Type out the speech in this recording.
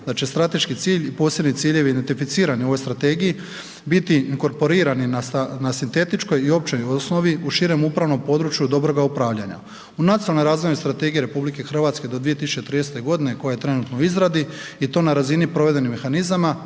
da će strateški cilj i posebni ciljevi identificirani u ovoj strategiji biti inkorporirani na sintetičkoj i općoj osnovi u širem upravnom području dobroga upravljanja, u Nacionalnoj razvojnoj strategiji RH do 2030. godine koja je trenutno u izradi i na razni provedbenih mehanizama,